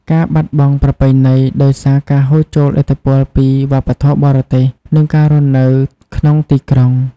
ការបាត់បង់ប្រពៃណី ដោយសារការហូរចូលឥទ្ធិពលពីវប្បធម៌បរទេស និងការរស់នៅក្នុងទីក្រុង។